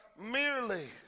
merely